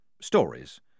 stories